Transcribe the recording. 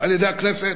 על-ידי הכנסת,